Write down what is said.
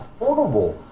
affordable